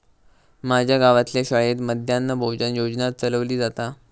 माज्या गावातल्या शाळेत मध्यान्न भोजन योजना चलवली जाता